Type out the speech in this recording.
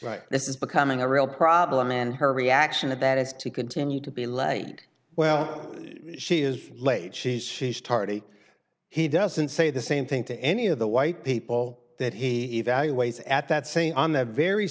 right this is becoming a real problem and her reaction to that is to continue to be late well she is late she's she's tardy he doesn't say the same thing to any of the white people that he value ways at that scene on that very